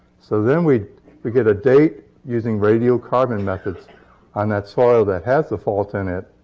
so then we we get a date using radiocarbon methods on that soil that has the fault in it.